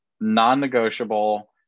Non-negotiable